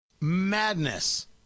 Madness